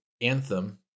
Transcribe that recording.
Anthem